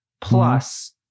plus